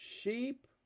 Sheep